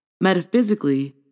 Metaphysically